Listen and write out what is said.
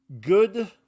good